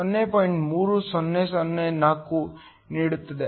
3004 ನೀಡುತ್ತದೆ